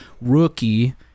rookie